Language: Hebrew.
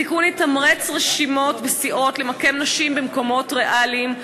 התיקון יתמרץ רשימות וסיעות למקם נשים במקומות ריאליים,